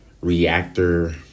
reactor